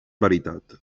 veritat